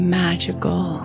magical